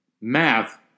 math